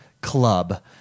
Club